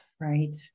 Right